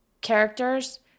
characters